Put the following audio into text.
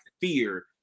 fear